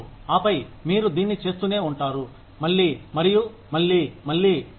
ఆపై మీరు దీన్ని చేస్తూనే ఉంటారు మళ్లీ మరియు మళ్ళీ మళ్లీ మళ్ళీ